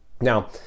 Now